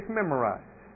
memorized